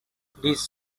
this